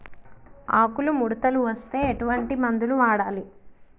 ఆకులు ముడతలు వస్తే ఎటువంటి మందులు వాడాలి?